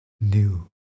new